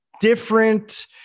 different